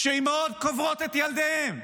כשאימהות קוברות את ילדיהן,